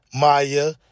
Maya